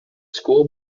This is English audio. school